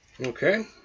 Okay